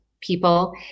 people